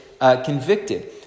convicted